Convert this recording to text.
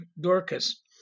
Dorcas